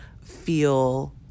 feel